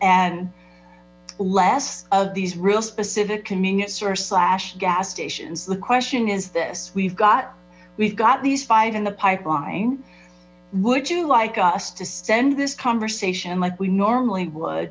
less of these real specific units or slash gas stations the question is this we've got we've got these five in the pipeline would you like us to stand this conversation like we normally would